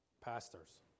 pastors